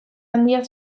handia